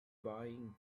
buying